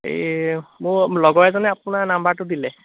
এই মোৰ লগৰ এজনে আপোনাৰ নাম্বাৰটো দিলে